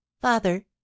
father